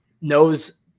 knows